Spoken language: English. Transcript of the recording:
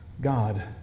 God